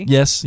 Yes